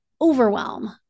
overwhelm